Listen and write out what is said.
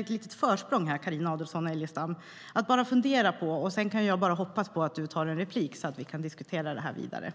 ett litet försprång. Fundera på en sak, och sedan hoppas jag att du begär replik så att vi kan diskutera frågan vidare.